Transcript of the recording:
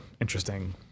interesting